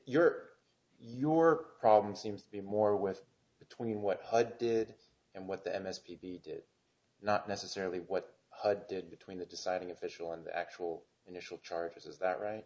your your problem seems to be more with between what i did and what them as people did not necessarily what did between the deciding official and the actual initial charges is that right